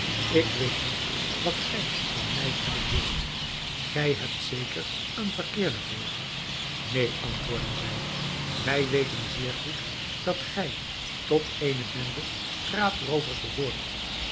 ik weet niet wat gij van mij hebben wilt gij hebt zeker een verkeerde voor neen antwoordden zij wij weten zeer goed dat gij tot eene bende straatroovers behoort